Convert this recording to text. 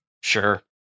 Sure